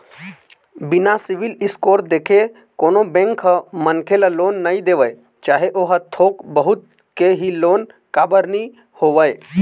बिना civil score देखे कोनो बेंक ह मनखे ल लोन नइ देवय चाहे ओहा थोक बहुत के ही लोन काबर नीं होवय